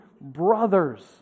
brothers